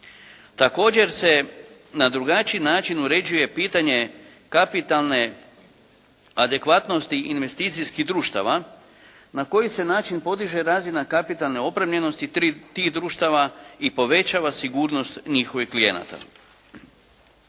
Također se na drugačiji način uređuje pitanje kapitalne adekvatnosti investicijskih društava, na koji se način podiže razina kapitalne opremljenosti tih društava i povećava sigurnost njihovih klijenata.